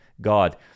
God